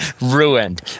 ruined